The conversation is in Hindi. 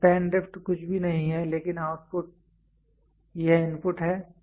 तो स्पैन ड्रिफ्ट कुछ भी नहीं है लेकिन आउटपुट यह इनपुट है